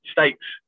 States